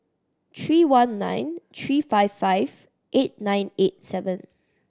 three one nine three five five eight nine eight seven